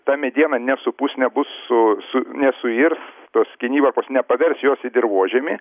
ta mediena nesupus nebus su su nesuirs tos kinivarpos nepavers jos į dirvožemį